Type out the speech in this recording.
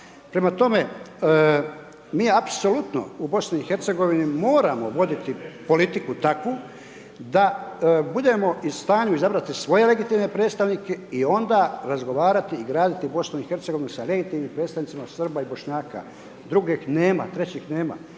Prema tome, mi apsolutno u BiH moramo voditi politiku takvu da budemo u stanju izabrati svoje legitimne predstavnike i onda razgovarati i graditi BiH sa …/nerazumljivo/… predstavnicima Srba i Bošnjaka,